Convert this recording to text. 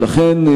ולכן,